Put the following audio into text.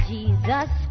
Jesus